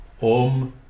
om